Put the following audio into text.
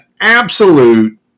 absolute